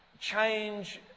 change